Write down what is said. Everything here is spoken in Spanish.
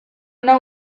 una